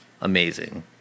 Amazing